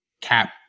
Cap